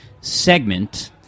segment –